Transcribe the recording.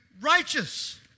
righteous